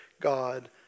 God